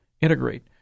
integrate